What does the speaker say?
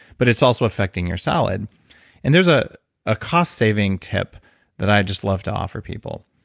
but it's also affecting your salad and there's a ah cost saving tip that i just love to offer people.